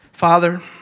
Father